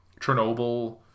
Chernobyl